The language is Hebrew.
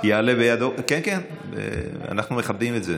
יעלה ויבוא, כן, אנחנו מכבדים את זה.